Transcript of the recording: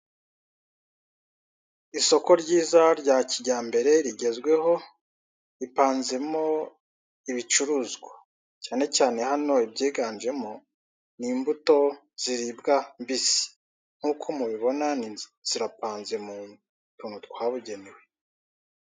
Isoko ryiza rya kijyambere rigezweho, ripanzemo ibicuruzwa cyane cyane hano ibyiganjemo ni imbuto ziribwa mbisi. Nk'uko ubibona zirapanze mu tuntu twabugenewe.